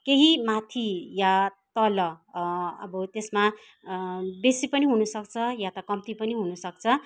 केहि माथि या तल अब त्यसमा बेसी पनि हुनुसक्छ या त कम्ती पनि हुनुसक्छ